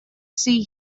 see